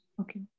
Okay